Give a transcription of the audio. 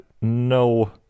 no